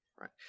Right